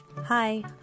Hi